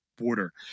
border